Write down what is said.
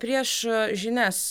prieš žinias